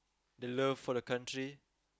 the love for the country